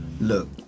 look